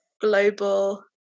global